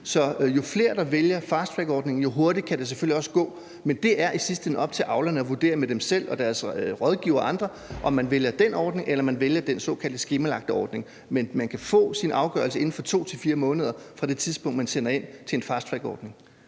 Så jo flere der vælger fasttrackordningen, jo hurtigere kan det selvfølgelig også gå. Men det er i sidste ende op til avlerne at vurdere med dem selv, deres rådgivere og andre, om man vælger den ordning, eller om man vælger den såkaldte skemalagte ordning. Men man kan få sin afgørelse inden for 2-4 måneder fra det tidspunkt, hvor man sender ind til en fasttrackordning.